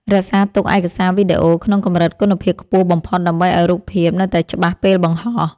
រក្សាទុកឯកសារវីដេអូក្នុងកម្រិតគុណភាពខ្ពស់បំផុតដើម្បីឱ្យរូបភាពនៅតែច្បាស់ពេលបង្ហោះ។